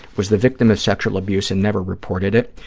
was the victim of sexual abuse and never reported it.